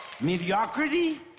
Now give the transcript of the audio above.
Mediocrity